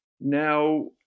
Now